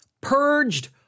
Purged